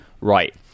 right